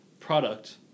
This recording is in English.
product